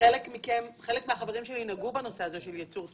חלק מהחברים שלי נגעו בנושא הזה של ייצור תשואה,